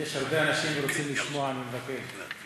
יש הרבה אנשים ורוצים לשמוע, אני מבקש.